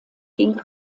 ging